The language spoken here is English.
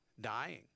dying